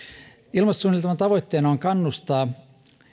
ilmastosuunnitelman tavoitteena on kannustaa